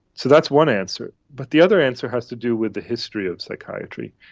so that's one answer. but the other answer has to do with the history of psychiatry.